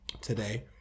today